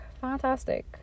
fantastic